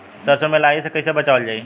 सरसो में लाही से कईसे बचावल जाई?